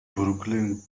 brooklyn